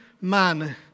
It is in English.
Man